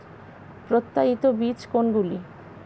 প্রত্যায়িত বীজ কোনগুলি?